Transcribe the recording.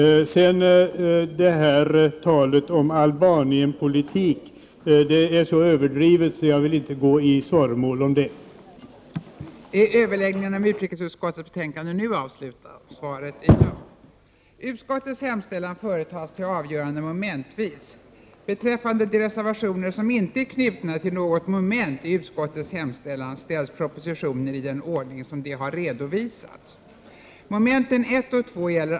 Talet om Albanienpolitiken är så överdrivet att jag inte går i svaromål på den punkten.